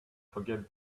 forget